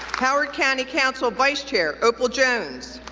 howard county council vice chair opel jones,